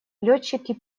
летчики